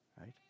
right